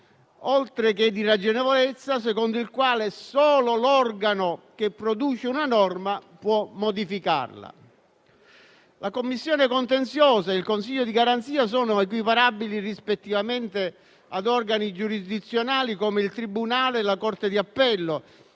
oltre che di ragionevolezza, secondo il quale solo l'organo che produce una norma può modificarla. La Commissione contenziosa e il Consiglio di garanzia sono equiparabili, rispettivamente, ad organi giurisdizionali come il tribunale e la Corte di appello,